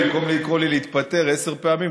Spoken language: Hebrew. במקום לקרוא לי להתפטר עשר פעמים,